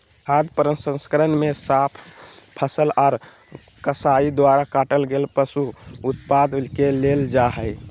खाद्य प्रसंस्करण मे साफ फसल आर कसाई द्वारा काटल गेल पशु उत्पाद के लेल जा हई